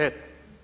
Eto.